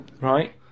right